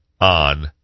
on